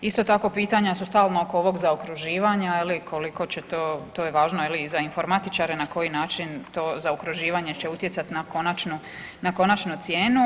Isto tako, pitanja su stalno oko ovog zaokruživanja, je li, koliko će to, je važno i za informatičare na koji način to zaokruživanje će utjecati na konačnu cijenu.